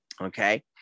Okay